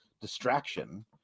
distraction